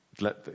let